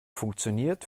funktioniert